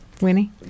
Winnie